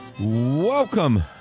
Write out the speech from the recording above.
Welcome